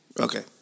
Okay